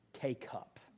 K-cup